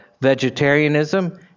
vegetarianism